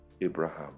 Abraham